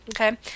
okay